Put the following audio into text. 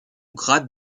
grade